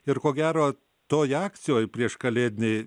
ir ko gero toj akcijoj prieškalėdinėj